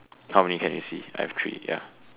how many can you see I have three ya